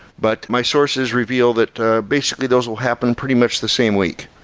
but my sources reveal that the basically those will happen pretty much the same week.